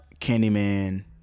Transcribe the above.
Candyman